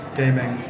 gaming